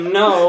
no